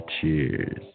cheers